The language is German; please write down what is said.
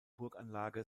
burganlage